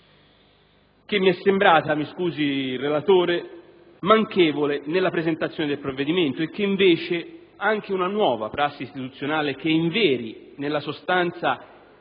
che mi è sembrata, mi scusi il relatore, manchevole nella presentazione del provvedimento e che invece, anche per una nuova prassi istituzionale che inveri nella sostanza